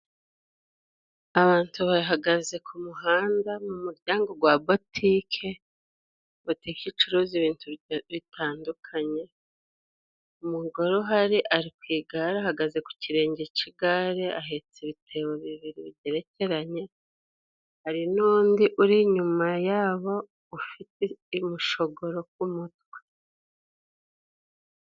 Abantu bahagaze ku muhanda mu muryango gwa wa botike, botike icuruza ibintu bitandukanye ,umugore uhari ari ku igare ahagaze ku kirenge cy'igare ,ahetse ibitebo bibiri bigerekeranye hari n'undi uri inyuma yabo ufite imishogoro ku mutwe.